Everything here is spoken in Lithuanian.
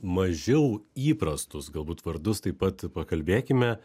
mažiau įprastus galbūt vardus taip pat pakalbėkime